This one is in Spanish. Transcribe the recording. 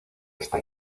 esta